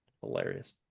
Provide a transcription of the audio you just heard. Hilarious